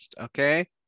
okay